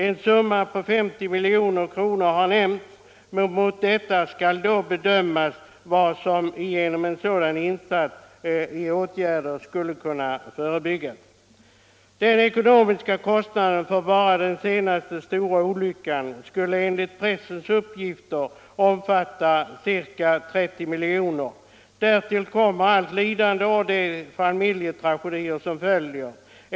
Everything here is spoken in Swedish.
En summa på 50 milj.kr. har nämnts, men mot detta skall då bedömas de olyckor som genom sådana åtgärder skulle kunna förebyggas. Den ekonomiska kostnaden för bara den senaste stora olyckan skulle enligt pressens uppgifter omfatta ca 30 milj.kr. Därtill kommer allt lidande och de familjetragedier som följer.